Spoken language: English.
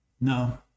no